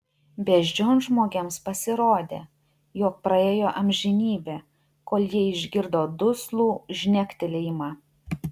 beždžionžmogiams pasirodė jog praėjo amžinybė kol jie išgirdo duslų žnektelėjimą